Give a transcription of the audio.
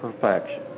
perfection